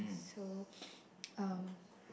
so um